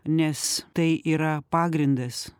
nes tai yra pagrindas